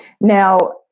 Now